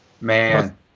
Man